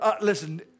Listen